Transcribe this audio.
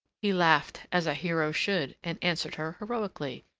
he laughed, as a hero should and answered her heroically,